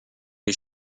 les